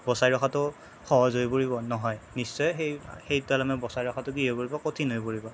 বচাই ৰখাটো সহজ হৈ পৰিব নহয় নিশ্চয় সেই সেই বচাই ৰখাটো কি হৈ পৰিব কঠিন হৈ পৰিব